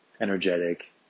energetic